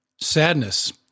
sadness